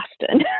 Boston